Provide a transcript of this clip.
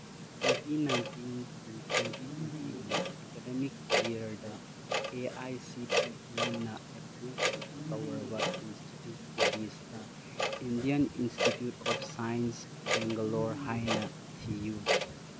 twenty nineteen to twenty ꯇ꯭ꯋꯦꯟꯇꯤꯒꯤ academic ꯏꯌꯔꯗ A I C T ꯏꯅ ꯑꯦꯄ꯭ꯔꯨꯞ ꯇꯧꯔꯕ ꯏꯟꯁꯇꯤꯇ꯭ꯌꯨꯠꯀꯤ ꯂꯤꯁꯇ Indian institute of science Bangalore ꯍꯥꯏꯅ ꯊꯤꯌꯨ